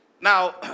Now